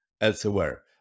elsewhere